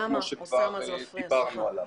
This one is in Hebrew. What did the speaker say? כמו שכבר דיברנו עליו.